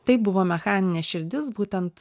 tai buvo mechaninė širdis būtent